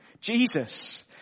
Jesus